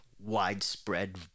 widespread